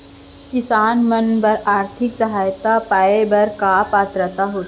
किसान मन बर आर्थिक सहायता पाय बर का पात्रता होथे?